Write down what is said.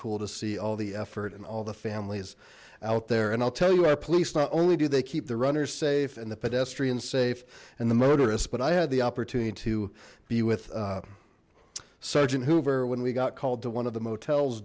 cool to see all the effort and all the families out there and i'll tell you our police not only do they keep the runners safe and the pedestrians safe and the motorists but i had the opportunity to be with sergeant hoover when we got called to one of the motels